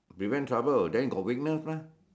prevent trouble then got witness mah